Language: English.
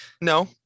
No